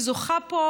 שזוכה פה,